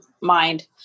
mind